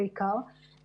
בעיקר,